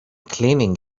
cleaning